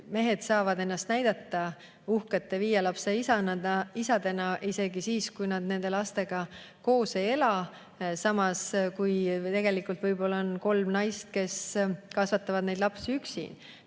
Mehed saavad ennast näidata uhkete viie lapse isadena isegi siis, kui nad nende lastega koos ei ela, samas kui tegelikult võib‑olla on kolm naist, kes kasvatavad neid lapsi üksi